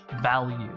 value